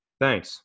Thanks